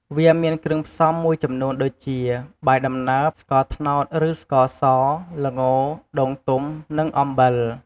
វាមានគ្រឿងផ្សំមួយចំនួនដូចជា បាយដំណើប ស្ករត្នោតឬស្ករស ល្ង ដូងទុំ និងអំបិល។